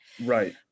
right